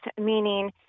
meaning